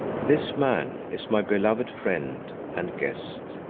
this man is my beloved friend and guest.